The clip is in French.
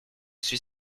suis